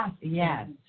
Yes